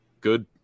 good